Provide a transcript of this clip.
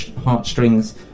heartstrings